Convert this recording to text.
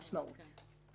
משמעות.